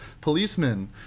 policemen